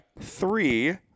Three